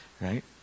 right